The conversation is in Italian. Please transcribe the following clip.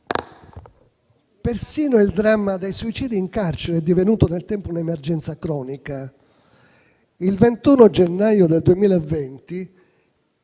Persino il dramma dei suicidi in carcere è divenuto nel tempo un'emergenza cronica. Il 21 gennaio 2020